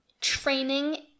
training